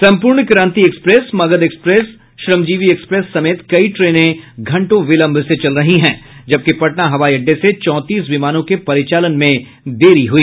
सम्पूर्ण क्रांति मगध श्रमजीवी एक्सप्रेस समेत कई ट्रेने घंटों विलम्ब से चल रही है जबकि पटना हवाई अड्डे से चौंतीस विमानों के परिचालन में देरी हुई